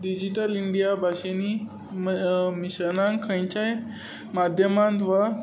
digital India भाशेंनी मिशनांत खंयच्याय माद्यमांत वा